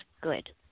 good